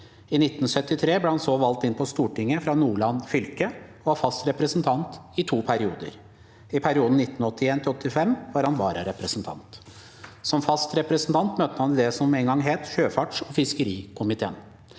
I 1973 ble han så valgt inn på Stortinget fra Nordland fylke og var fast representant i to perioder. I perioden 1981–1985 var han vararepresentant. Som fast representant møtte han i det som en gang het sjøfarts- og fiskerikomiteen.